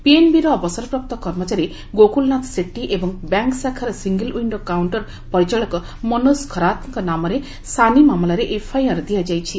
ପିଏନ୍ବିର ଅବସରପ୍ରାପ୍ତ କର୍ମଚାରୀ ଗୋକୁଲ୍ନାଥ ସେଟ୍ଟୀ ଏବଂ ବ୍ୟାଙ୍କ୍ ଶାଖାର ସିଙ୍ଗଲ୍ ୱିଶ୍ଡୋ କାଉଷ୍ଟର୍ ପରିଚାଳକ ମନୋଜ ଖରାତ୍ଙ୍କ ନାମରେ ସାନି ମାମଲାରେ ଏଫ୍ଆଇଆର୍ ଦିଆଯାଇଛି